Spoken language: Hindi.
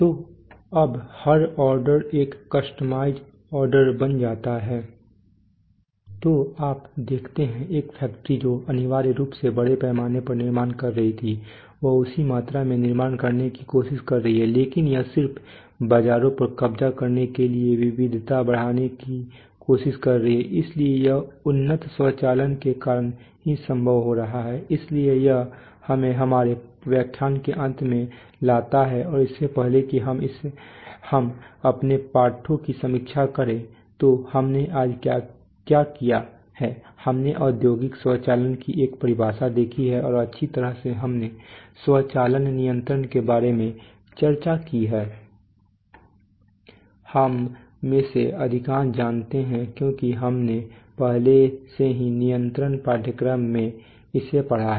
तो अब हर ऑर्डर एक कस्टमाइज्ड ऑर्डर बन जाता है तो आप देखते हैं एक फैक्ट्री जो अनिवार्य रूप से बड़े पैमाने पर निर्माण कर रही थी वह उसी मात्रा में निर्माण करने की कोशिश कर रही है लेकिन यह सिर्फ बाजारों पर कब्जा करने के लिए विविधता बढ़ाने की कोशिश कर रही है इसलिए यह उन्नत स्वचालन के कारण ही संभव हो रहा है इसलिए यह हमें हमारे व्याख्यान के अंत में लाता है और इससे पहले कि हम अपने पाठों की समीक्षा करें तो हमने आज क्या किया है हमने औद्योगिक स्वचालन की एक परिभाषा देखी है और अच्छी तरह से हमने स्वचालन नियंत्रण के बारे में चर्चा की है हम में से अधिकांश जानते हैं क्योंकि हमने पहले से ही नियंत्रण पाठ्यक्रम में इसे पढ़ा है